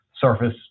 surface